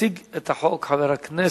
יציג את החוק חבר הכנסת